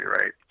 right